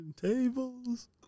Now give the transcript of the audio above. tables